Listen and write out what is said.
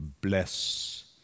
bless